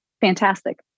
fantastic